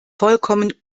vollkommen